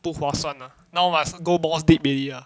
不划算 ah now must go more deep already